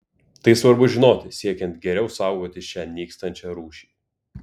tai svarbu žinoti siekiant geriau saugoti šią nykstančią rūšį